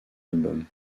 albums